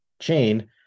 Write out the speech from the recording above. chain